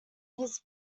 his